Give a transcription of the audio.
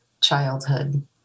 childhood